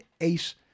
eight